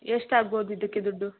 ಎಷ್ಟು ಆಗ್ಬೋದು ಇದಕ್ಕೆ ದುಡ್ಡು